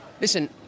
Listen